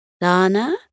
Lana